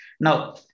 Now